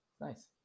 nice